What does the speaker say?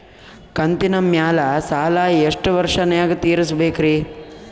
ಕಂತಿನ ಮ್ಯಾಲ ಸಾಲಾ ಎಷ್ಟ ವರ್ಷ ನ್ಯಾಗ ತೀರಸ ಬೇಕ್ರಿ?